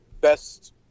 best